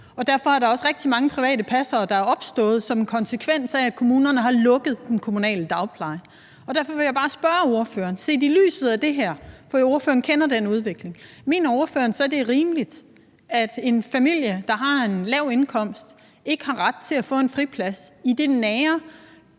der også rigtig mange private passere, der er opstået som konsekvens af, at kommunerne har lukket den kommunale dagpleje. Derfor vil jeg bare spørge ordføreren: Set i lyset af det her – for ordføreren kender den udvikling – mener ordføreren så, det er rimeligt, at en familie, der har en lav indkomst, ikke har ret til at få en friplads i det nære